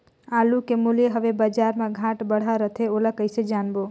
आलू के मूल्य हवे बजार मा घाट बढ़ा रथे ओला कइसे जानबो?